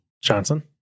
Johnson